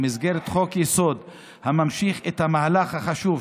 במסגרת חוק-יסוד הממשיך את" המהלך החשוב,